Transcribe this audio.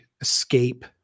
escape